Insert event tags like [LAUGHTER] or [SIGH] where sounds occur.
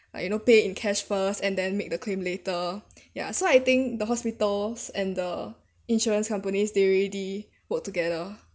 like you know pay in cash first and then make the claim later [BREATH] ya so I think the hospitals and the insurance companies they already work together